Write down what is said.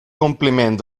compliment